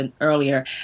earlier